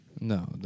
No